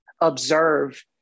observe